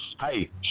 Hey